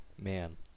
man